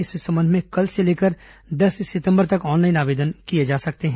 इस संबंध में कल से लेकर दस सितंबर तक ऑनलाईन आवेदन किए जा सकते हैं